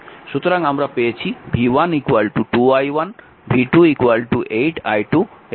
সুতরাং আমরা পেয়েছি v1 2 i1 v2 8 i2 এবং v3 4 i3